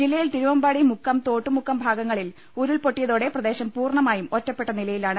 ജില്ലയിൽ തിരുവമ്പാടി മുക്കം തോട്ടുമുക്കം ഭാഗങ്ങളിൽ ഉരുൾപൊട്ടിയതോടെ പ്രദേശം പൂർണ്ണമായും ഒറ്റപ്പെട്ട നില യിലാണ്